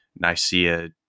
Nicaea